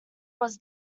was